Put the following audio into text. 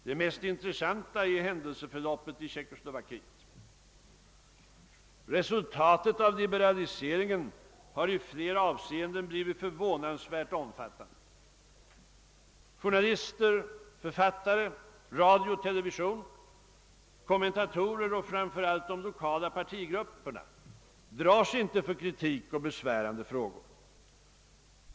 Det mest intressanta är händelseförloppet i Tjeckoslovakien. Resultatet av liberaliseringen har i flera avseenden blivit förvånansvärt omfattande. Journalister, författare, radio och television, kommentatorer och framför allt de lokala partigrupperna drar sig inte för kritik och besvärande frågor.